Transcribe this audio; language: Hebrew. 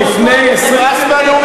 נמאס לנו,